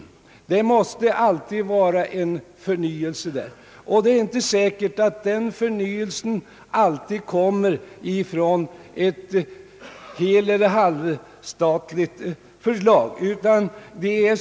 På detta område krävs alltid en förnyelse, och det är inte säkert att denna förnyelse kommer från ett heleller halvstatligt förlag.